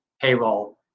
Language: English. payroll